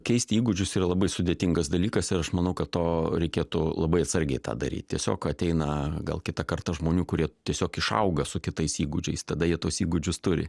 keisti įgūdžius yra labai sudėtingas dalykas ir aš manau kad to reikėtų labai atsargiai tą daryt tiesiog ateina gal kitą kartą žmonių kurie tiesiog išauga su kitais įgūdžiais tada jie tuos įgūdžius turi